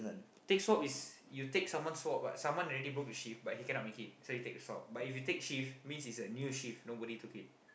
take swap is you take someone swap but someone already book the shift but he cannot make it so you take the slot but if you take shift means is a new shift means nobody took it